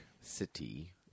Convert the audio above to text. City